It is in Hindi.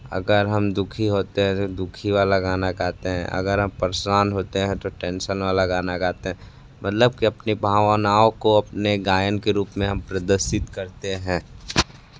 अगर हम दु खी होते हैं तो दु खी वाला गाना गाते हैं अगर हम परेशान होते हैं तो टेंशन वाला गाना गाते हैं मतलब के अपनी भावनाओं को अपने गायन के रूप में हम प्रदर्शित करते हैं